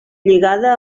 lligada